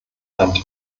hand